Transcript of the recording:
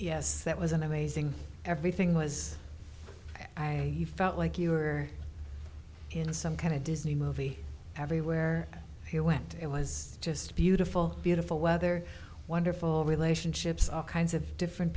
yes that was an amazing everything was i felt like you were in some kind of disney movie everywhere you went it was just beautiful beautiful weather wonderful relationships all kinds of different